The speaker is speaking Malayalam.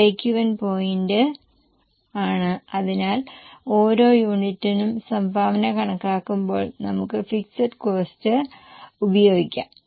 ബ്രേക്ക്ഈവൻ പോയിന്റ് ആണ് അതിനാൽ ഓരോ യൂണിറ്റിനും സംഭാവന കണക്കാക്കുമ്പോൾ നമുക്ക് ഫിക്സഡ് കോസ്ററ് ഉപയോഗിക്കാം